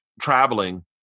traveling